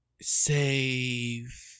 save